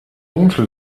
oncle